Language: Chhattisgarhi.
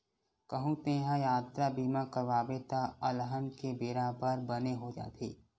कहूँ तेंहा यातरा बीमा करवाबे त अलहन के बेरा बर बने हो जाथे